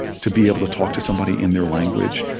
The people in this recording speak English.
to be able to talk to somebody in their language,